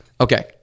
Okay